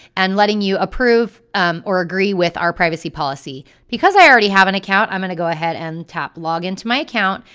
and letting you approve or agree with our privacy policy. because i already have an account i'm going to go ahead and tap log in to my account,